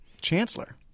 chancellor